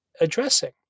addressing